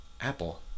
Apple